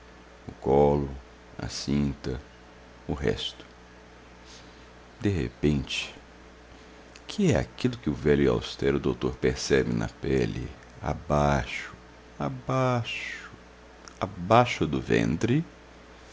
a cinta o resto de repente que é aquilo que o velho e austero doutor percebe na pele abaixo abaixo abaixo do ventre